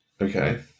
Okay